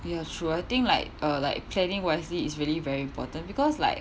ya sure I think like uh like planning wisely is really very important because like